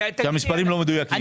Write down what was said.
כי המספרים לא מדויקים.